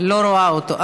לא רואה אותו.